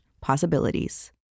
possibilities